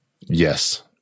Yes